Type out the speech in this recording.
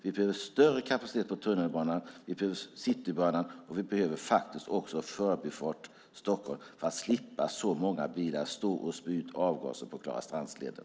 Vi behöver större kapacitet på tunnelbanan, vi behöver Citybanan och vi behöver faktiskt också Förbifart Stockholm för att slippa att så många bilar står och spyr ut avgaser på Klarastrandsleden.